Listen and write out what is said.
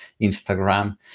instagram